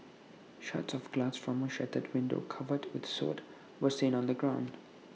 shards of glass from A shattered window covered with soot were seen on the ground